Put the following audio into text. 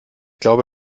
glaube